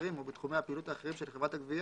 האחרים או בתחומי הפעילות האחרים של חברת הגבייה,